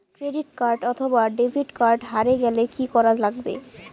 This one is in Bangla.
ক্রেডিট কার্ড অথবা ডেবিট কার্ড হারে গেলে কি করা লাগবে?